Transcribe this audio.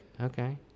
okay